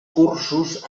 cursos